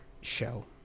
show